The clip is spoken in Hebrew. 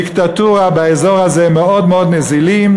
ודיקטטורה באזור הזה מאוד מאוד נזילים.